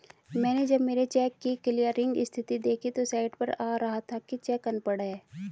मैनें जब मेरे चेक की क्लियरिंग स्थिति देखी तो साइट पर आ रहा था कि चेक अनपढ़ है